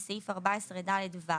בסעיף 14ד(ו)